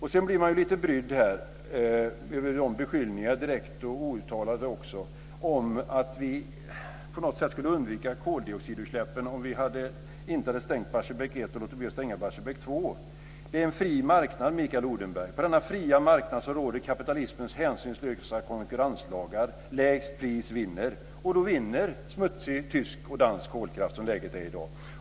Man blir också brydd över beskyllningarna, direkt och outtalade, för att vi skulle undvika koldioxidutsläppen om vi inte hade stängt Barsebäck 1 och låter bli att stänga Barsebäck 2. Det är en fri marknad, Mikael Odenberg. På denna fria marknad råder kapitalismens hänsynslösa konkurrenslagar: lägst pris vinner. Då vinner smutsig tysk och dansk kolkraft, som läget är i dag.